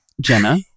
Jenna